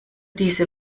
diese